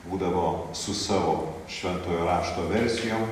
būdavo su savo šventojo rašto versijom